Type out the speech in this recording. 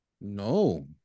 No